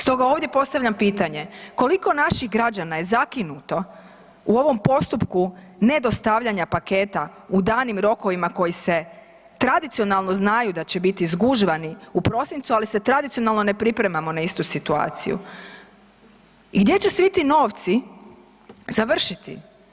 Stoga ovdje postavljam pitanje, koliko naših građana je zakinuto u ovom postupku ne dostavljanja paketa u danim rokovima koji se tradicionalno znaju da će biti zgužvani u prosincu, ali se tradicionalno ne pripremamo na istu situaciju i gdje će svi ti novci završiti?